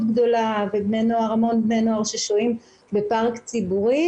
גדולה והמון בני נוער ששוהים בפארק ציבורי,